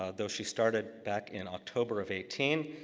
ah though she started back in october of eighteen,